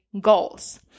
goals